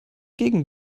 gegen